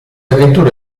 avventure